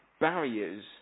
barriers